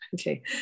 okay